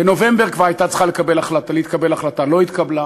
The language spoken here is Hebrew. בנובמבר כבר הייתה צריכה להתקבל החלטה, לא התקבלה.